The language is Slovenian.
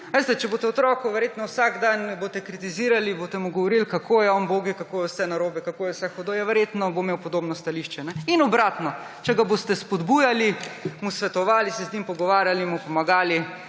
Veste, če boste otroku vsak dan kritizirali, mu boste govorili, kako je on ubog, kako je vse narobe, kako je vse hudo, ja, verjetno bo imel podobno stališče. In obratno, če ga boste spodbujali, mu svetovali, se z njim pogovarjali, mu pomagali,